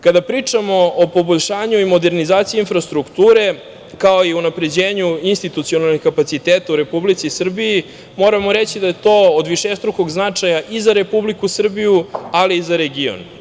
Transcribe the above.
Kada pričamo o poboljšanju i modernizaciji infrastrukture, kao i unapređenju institucionalnih kapaciteta u Republici Srbiji, moramo reći da je to od višestrukog značaja i za Republiku Srbiju, ali i za region.